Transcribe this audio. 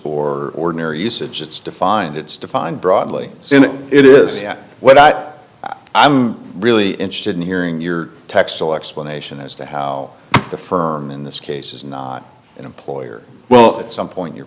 or ordinary usage it's defined it's defined broadly and it is yet what i'm really interested in hearing your textual explanation as to how the firm in this case is not an employer well at some point you